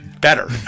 Better